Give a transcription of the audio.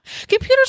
Computers